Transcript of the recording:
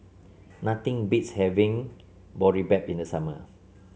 nothing beats having Boribap in the summer